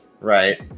right